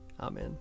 Amen